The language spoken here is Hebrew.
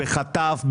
בחטף,